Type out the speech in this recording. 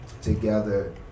Together